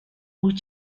wyt